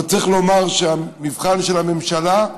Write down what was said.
אבל צריך לומר שהמבחן של הממשלה,